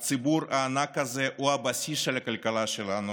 הציבור הענק הזה הוא הבסיס של הכלכלה שלנו,